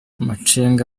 amacenga